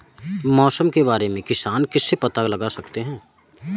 मौसम के बारे में किसान किससे पता लगा सकते हैं?